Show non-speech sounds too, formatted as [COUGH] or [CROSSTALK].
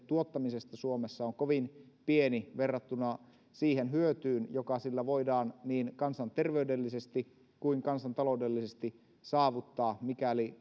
tuottamisesta suomessa on kovin pieni verrattuna siihen hyötyyn joka sillä voidaan niin kansanterveydellisesti kuin kansantaloudellisesti saavuttaa mikäli [UNINTELLIGIBLE]